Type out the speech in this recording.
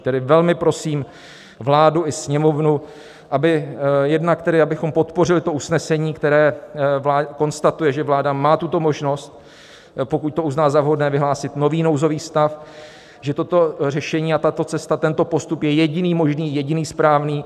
Tedy velmi prosím vládu i Sněmovnu, jednak abychom podpořili usnesení, které konstatuje, že vláda má tuto možnost, pokud to uzná za vhodné, vyhlásit nový nouzový stav, že toto řešení a tato cesta, tento postup je jediný možný, jediný správný.